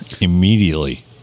immediately